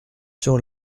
sur